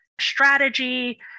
strategy